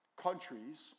countries